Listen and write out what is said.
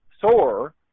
sore